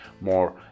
more